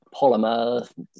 polymer